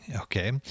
Okay